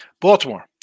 Baltimore